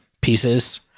pieces